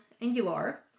Angular